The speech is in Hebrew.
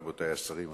רבותי השרים,